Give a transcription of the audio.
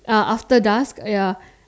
uh after dusk ya